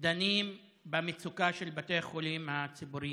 דנים במצוקה של בתי החולים הציבוריים,